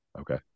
Okay